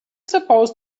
supposed